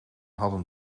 hadden